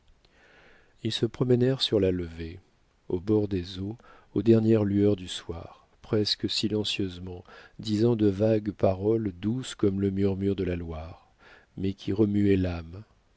ils se promenèrent sur la levée au bord des eaux aux dernières lueurs du soir presque silencieusement disant de vagues paroles douces comme le murmure de la loire mais qui remuaient l'âme